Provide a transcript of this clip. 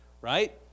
right